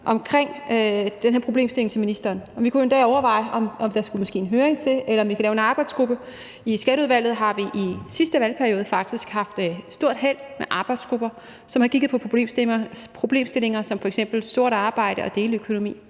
omkring den her problemstilling. Vi kunne endda overveje, om der måske skulle en høring til, eller om vi kan lave en arbejdsgruppe. I Skatteudvalget har vi faktisk i sidste valgperiode haft stort held med arbejdsgrupper, som har kigget på problemstillinger som f.eks. sort arbejde og deleøkonomi.